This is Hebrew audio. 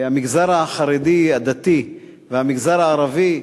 המגזר החרדי-הדתי והמגזר הערבי.